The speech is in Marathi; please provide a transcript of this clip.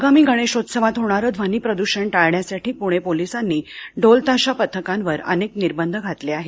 आगामी गणेशोत्सवात होणारं ध्वनी प्रद्रषण टाळण्यासाठी पुणे पोलिसांनी ढोल ताशा पथकांवर अनेक निर्बंध घातले आहेत